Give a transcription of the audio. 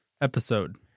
episode